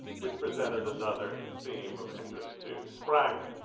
which presented another theme of interest to spranger.